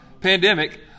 pandemic